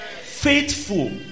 faithful